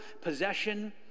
possession